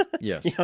Yes